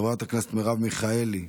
חבר הכנסת מרב מיכאלי,